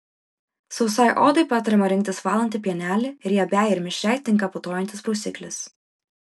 sausai odai patariama rinktis valantį pienelį riebiai ir mišriai tinka putojantis prausiklis